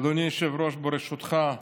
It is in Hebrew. אדוני היושב-ראש, ברשותך,